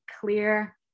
clear